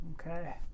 Okay